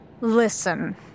Listen